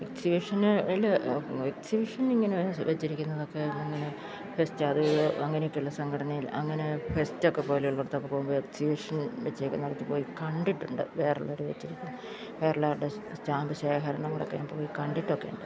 എക്സിബിഷനിൽ അമ്മോ എക്സിബിഷനിങ്ങനെ വെച്ചിരിക്കുന്നതൊക്കെ ഇങ്ങനെ ഫെസ്റ്റ് അത് അങ്ങനെയൊക്കെയുള്ള സംഘടനയിൽ അങ്ങനെ ഫെസ്റ്റൊക്കെ പോലുള്ളിടത്തൊക്കെ പോകുമ്പോൾ എക്സിബിഷൻ വെച്ചിരിക്കുന്നിടത്തു പോയി കണ്ടിട്ടുണ്ട് വേറുള്ളവർ വെച്ചിരിക്കും വേറുള്ളവരുടെ സ്റ്റാമ്പ് ശേഖരണങ്ങളൊക്കെ ഞാൻ പോയി കണ്ടിട്ടൊക്കെയുണ്ട്